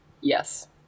Yes